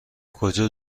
کجا